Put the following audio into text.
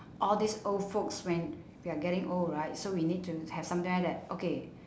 all these old folks when they're getting old right so we need to have some guideline that okay